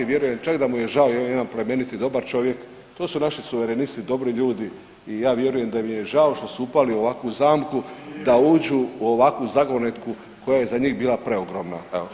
Vjerujem čak da mu je žao jer je on jedan plemenit i dobar čovjek, to su naši suverenisti dobri ljudi i ja vjerujem da im je žao što su upali u ovakvu zamku da užu u ovakvu zagonetku koja je za njih bila preogromna.